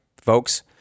folks